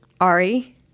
Ari